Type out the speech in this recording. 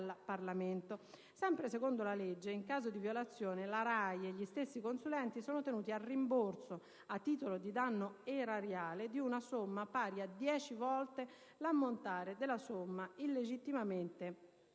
Sempre secondo la legge, in caso di violazione la RAI e gli stessi consulenti sono tenuti al rimborso, a titolo di danno erariale, di una somma pari a 10 volte l'ammontare della somma illegittimamente